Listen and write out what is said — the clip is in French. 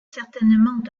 certainement